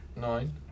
Nine